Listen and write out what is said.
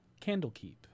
Candlekeep